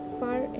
far